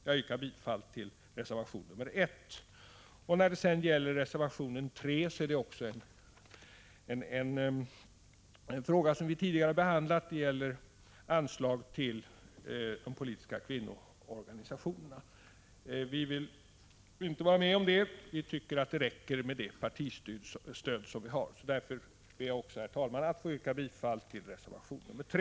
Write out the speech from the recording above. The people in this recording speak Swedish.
Jag yrkar bifall till reservation nr 1. Reservation 3 gäller också en fråga som vi tidigare behandlat; den gäller anslag till de politiska kvinnoorganisationerna. Vi vill inte vara med om det — vi tycker att det räcker med det partistöd vi har. Därför, herr talman, ber jag att få yrka bifall också till reservation 3.